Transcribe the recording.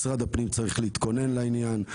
משרד הפנים צריך להתכונן לעניין.